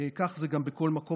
כך זה גם בכל מקום.